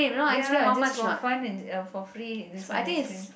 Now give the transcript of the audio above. ya just for fun and and for free this one ice cream